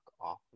off